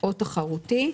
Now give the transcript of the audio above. או תחרותי.